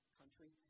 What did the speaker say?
country